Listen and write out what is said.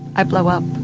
i blow up.